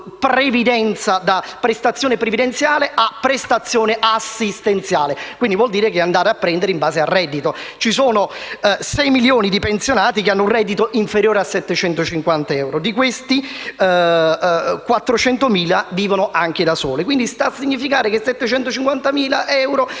da prestazione previdenziale a prestazione assistenziale, il che significa prendere in base al reddito. Ci sono 6 milioni di pensionati che hanno un reddito inferiore a 750 euro; di questi, 400.000 vivono anche da soli, quindi ciò sta a significare che con 750 euro